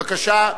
בבקשה.